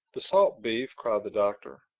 the salt beef! cried the doctor.